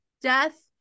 death